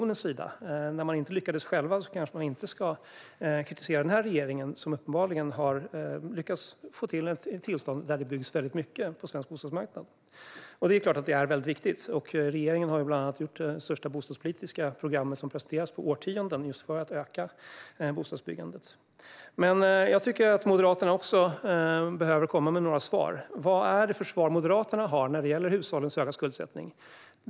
När man inte lyckades själva kanske man inte ska kritisera den här regeringen, som uppenbarligen har lyckats få till stånd att det byggs väldigt mycket på svensk bostadsmarknad. Det är klart att det är väldigt viktigt. Regeringen har bland annat tagit fram det största bostadspolitiska program som har presenterats på årtionden just för att öka bostadsbyggandet. Jag tycker att Moderaterna behöver komma med några svar. Vad är det för svar Moderaterna har när det gäller hushållens höga skuldsättning?